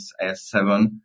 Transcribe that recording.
S7